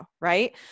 right